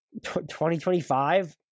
2025